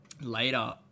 later